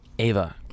Ava